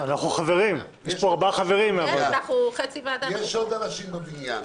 יש עוד אנשים בבניין.